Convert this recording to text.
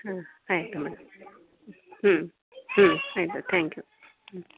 ಹಾಂ ಆಯಿತು ಮೇಡಮ್ ಹ್ಞೂ ಹ್ಞೂ ಆಯಿತು ತ್ಯಾಂಕ್ ಯು ಹ್ಞೂ